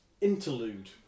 Interlude